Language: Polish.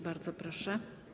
Bardzo proszę.